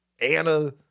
Anna